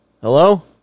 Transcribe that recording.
hello